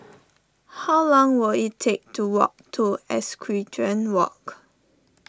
how long will it take to walk to Equestrian Walk